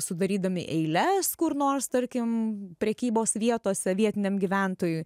sudarydami eiles kur nors tarkim prekybos vietose vietiniam gyventojui